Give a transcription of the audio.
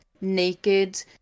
naked